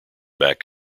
back